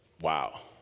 wow